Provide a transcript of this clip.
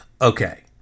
Okay